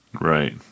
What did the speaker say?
Right